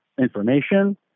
information